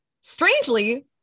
strangely